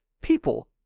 people